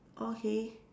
okay